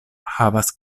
havas